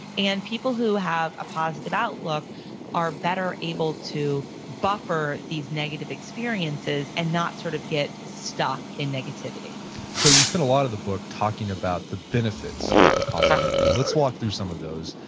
and people who have a positive outlook are better able to buffer these negative experiences and not sort of get stuck in negativity so you spent a lot of the book talking about the benefits of positivity. let's walk through some of those.